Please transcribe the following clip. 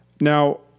Now